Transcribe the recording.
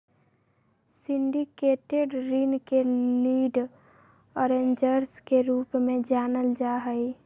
syndicated ऋण के lead arrangers के रूप में जानल जा हई